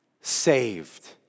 Saved